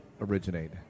originate